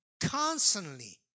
Constantly